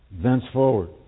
thenceforward